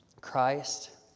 Christ